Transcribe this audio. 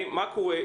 מה קורה?